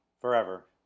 forever